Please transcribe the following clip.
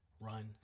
Run